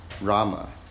Rama